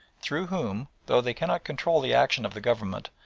through whom, though they cannot control the action of the government,